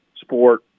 sport